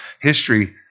history